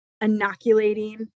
inoculating